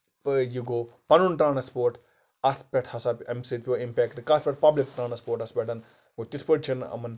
ٲدۍ یہِ گوٚو پَنُں ٹرانَسپورٹ اَتھ پٮ۪ٹھ ہسا اَمہِ سۭتۍ پیوٚو اِمپیکٹ کَتھ پٮ۪ٹھ پَبلِک ٹرانَسپورٹَس پٮ۪ٹھ گوٚو تِتھ پٲٹھۍ چھِنہٕ یِمَن